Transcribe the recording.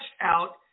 out